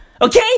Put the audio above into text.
Okay